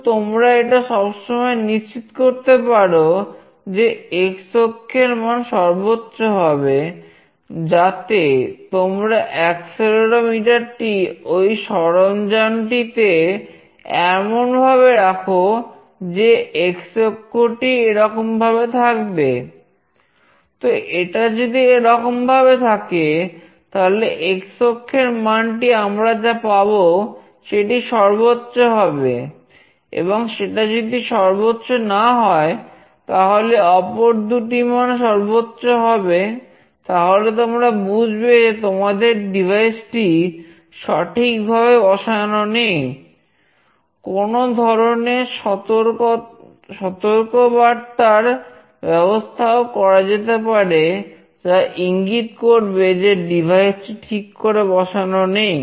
তোতোমরা এটা সব সময়ই নিশ্চিত করতে পারো যে x অক্ষের মান সর্বোচ্চ হবে যাতে তোমরা অ্যাক্সেলেরোমিটার টি ঠিক করে বসানো নেই